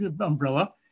umbrella